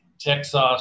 Texas